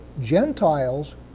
Gentiles